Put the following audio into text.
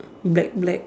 black black